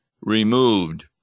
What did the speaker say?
removed